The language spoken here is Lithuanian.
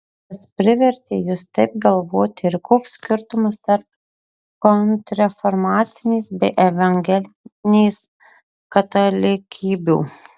kas privertė jus taip galvoti ir koks skirtumas tarp kontrreformacinės bei evangelinės katalikybių